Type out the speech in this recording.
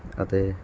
ਅਤੇ